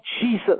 Jesus